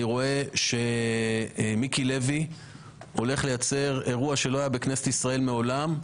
אני רואה שמיקי לוי הולך לייצר אירוע שלא היה בכנסת ישראל מעולם,